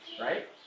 right